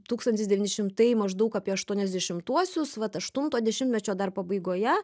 tūkstantis devyni šimtai maždaug apie aštuoniasdešimtuosius vat aštunto dešimtmečio dar pabaigoje